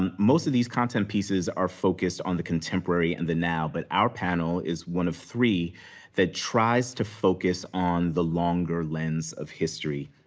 um most of these content pieces are focused on the contemporary and the now, but our panel is one of three that tries to focus on the longer lens of history,